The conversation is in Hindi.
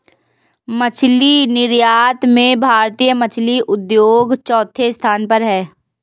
मछली निर्यात में भारतीय मछली उद्योग चौथे स्थान पर है